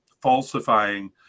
falsifying